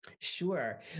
Sure